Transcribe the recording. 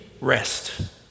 rest